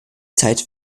zeit